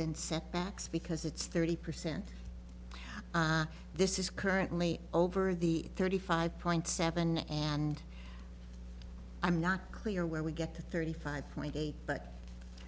than setbacks because it's thirty percent this is currently over the thirty five point seven and i'm not clear where we get the thirty five point eight but